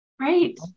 Right